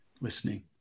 listening